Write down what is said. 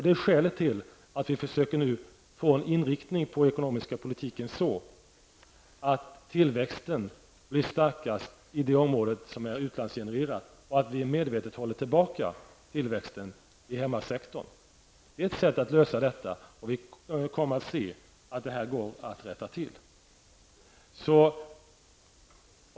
Det är skälet till att vi nu försöker åstadkomma en inriktning av den ekonomiska politiken, så att tillväxten blir starkast i det område som är utlandsgenererat, och till att vi medvetet håller tillbaka tillväxten inom hemmasektorn. Det är ett sätt att åstadkomma en lösning. Vi kommer att se att det går att rätta till det hela.